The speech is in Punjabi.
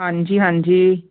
ਹਾਂਜੀ ਹਾਂਜੀ